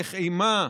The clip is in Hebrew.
להלך אימים,